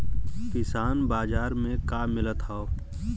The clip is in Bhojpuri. किसान बाजार मे का मिलत हव?